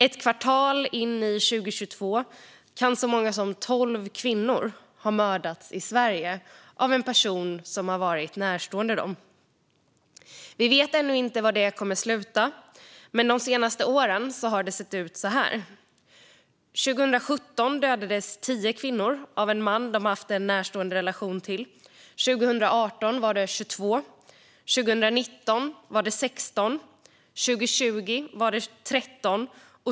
Ett kvartal in i 2022 kan så många som tolv kvinnor ha mördats i Sverige av en person som har varit närstående. Vi vet ännu inte var det kommer att sluta. Men de senaste åren har det sett ut så här. År 2017 dödades tio kvinnor av en man som de haft en närstående relation till. År 2018 var det 22 kvinnor. År 2019 var det 16 kvinnor. År 2020 var det 13 kvinnor.